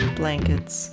blankets